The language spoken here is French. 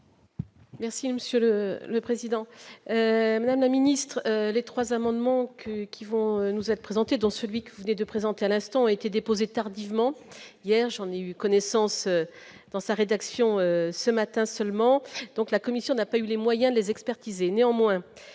Merci Monsieur le président, madame la ministre, les 3 amendements, donc qui vont nous être présentées, dont celui que vous venez de présenter à l'instant été déposés tardivement hier, j'en ai eu connaissance dans sa rédaction ce matin seulement, donc, la commission n'a pas eu les moyens des expertises et néanmoins